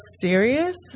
serious